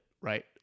right